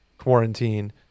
quarantine